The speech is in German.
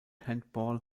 handball